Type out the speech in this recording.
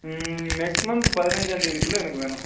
next month பதினைஞ்சாந்தேதிக்குள்ள எனக்கு வேணும்